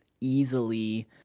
easily